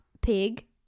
pig